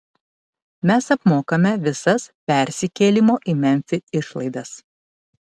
mes apmokame visas persikėlimo į memfį išlaidas